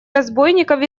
разбойников